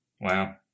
Wow